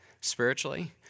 spiritually